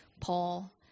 Paul